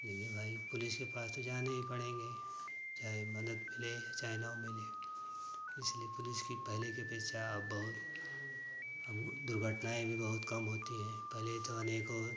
लेकिन भाई पुलिस के पास तो जाने ही पड़ेंगे चाहे मदद मिले चाहे न मिले इसलिए पुलिस कि पहले के अपेक्षा अब बहुत अब दुर्घटनाएँ भी बहुत कम होती है पहले तो अनेकों